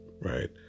right